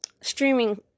streaming